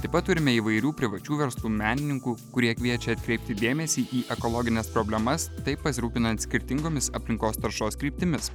taip pat turime įvairių privačių verslų menininkų kurie kviečia atkreipti dėmesį į ekologines problemas taip pasirūpinant skirtingomis aplinkos taršos kryptimis